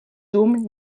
dum